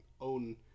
own